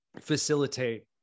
facilitate